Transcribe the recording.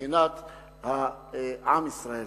מבחינת עם ישראל.